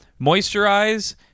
Moisturize